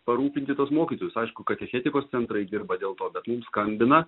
parūpinti tuos mokytojus aišku katechetikos centrai dirba dėl to bet skambina